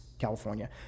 California